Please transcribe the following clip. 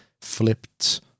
flipped